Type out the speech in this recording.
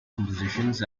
compositions